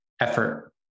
effort